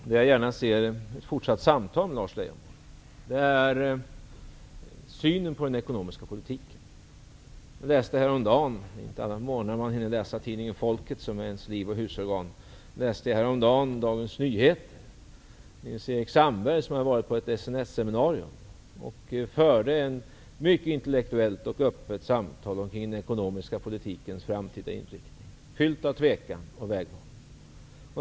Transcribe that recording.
Jag vill gärna se ett fortsatt samtal med Lars Leijonborg om synen på den ekonomiska politiken. Jag läste häromdagen i DN -- det är inte alla morgnar man hinner läsa tidningen Folket, som är ens liv och husorgan -- en artikel av Nils-Eric Sandberg, som varit på ett SNS-seminarium. Han förde ett mycket intellektuellt och öppet samtal omkring den ekonomiska politikens framtida inriktning, fyllt av tvekan och vägval.